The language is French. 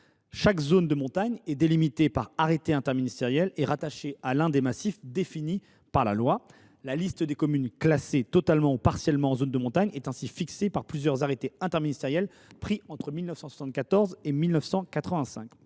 Chaque zone de montagne est délimitée par arrêté interministériel et rattachée par décret à l’un des massifs déterminés par la loi. La liste des communes classées totalement ou partiellement en zone de montagne est ainsi fixée par plusieurs arrêtés interministériels pris entre 1974 et 1985.